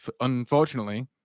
unfortunately